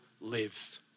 live